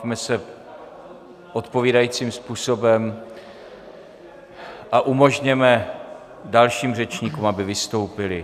Bavme se odpovídajícím způsobem a umožněme dalším řečníkům, aby vystoupili.